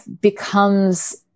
becomes